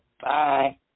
Bye